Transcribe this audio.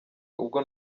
ubwo